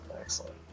excellent